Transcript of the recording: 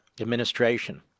administration